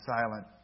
silent